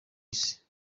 isi